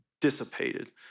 dissipated